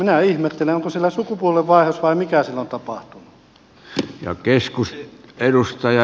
minä ihmettelen onko siellä sukupuolenvaihdos vai mikä siellä on tapahtunut